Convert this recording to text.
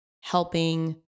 helping